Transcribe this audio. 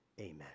Amen